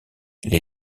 les